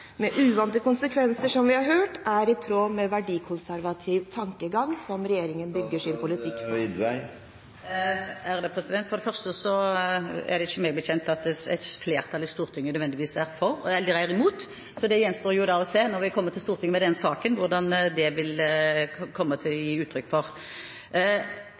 med uante konsekvenser, som vi har hørt – er i tråd med den verdikonservative tankegangen som regjeringen bygger sin politikk på. For det første er det ikke meg bekjent at et flertall i Stortinget nødvendigvis er imot. Det gjenstår å se når vi kommer til Stortinget med saken, hvordan det vil komme til